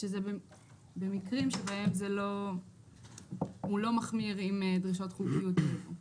שזה במקרים שבהם הוא לא מחמיר עם דרישות חוקיות היבוא.